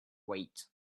weight